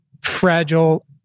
fragile